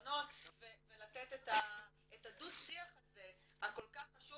הרישיונות ולתת את הדו שיח הזה הכל כך חשוב,